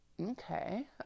Okay